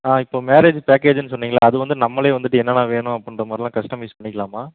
ஆ இப்போ மேரேஜு பேக்கேஜுன்னு சொன்னிங்கல்ல அது வந்து நம்மளே வந்துட்டு என்னென்ன வேணும் அப்புடின்ற மாதிரிலாம் கஸ்டமைஸ் பண்ணிக்கலாமா